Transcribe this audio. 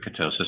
ketosis